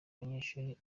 abanyeshuri